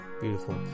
Beautiful